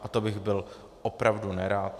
A to bych byl opravdu nerad.